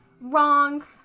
Wrong